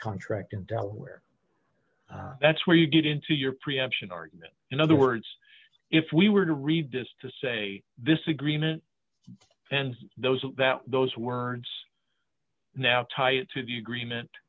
contract in delaware that's where you get into your preemption argument in other words if we were to read this to say this agreement and those that those words now tie it to the agreement